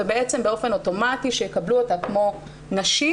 ובעצם באופן אוטומטי שיקבלו אותה כמו נשים,